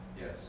Yes